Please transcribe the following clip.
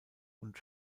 und